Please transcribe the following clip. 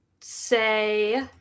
say